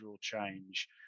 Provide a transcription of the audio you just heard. change